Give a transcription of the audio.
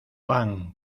pan